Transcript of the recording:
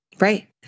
Right